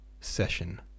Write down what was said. session